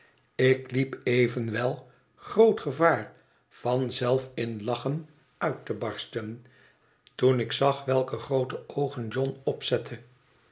ik liep evenwel groot gevaar van zelf in lachen uit te barsten toen ik zag welke groote oogen john opzette